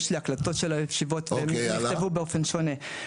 יש לי הקלטות של הישיבות והם נכתבו באופן שונה.